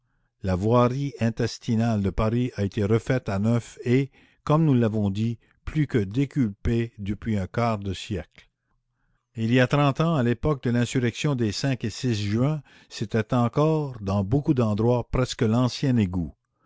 la voirie intestinale de paris a été refaite à neuf et comme nous l'avons dit plus que décuplée depuis un quart de siècle il y a trente ans à l'époque de l'insurrection des et juin c'était encore dans beaucoup d'endroits presque l'ancien égout